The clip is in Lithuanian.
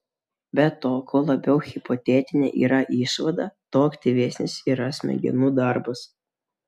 be to kuo labiau hipotetinė yra išvada tuo aktyvesnis yra smegenų darbas